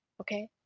Okay